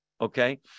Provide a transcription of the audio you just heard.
Okay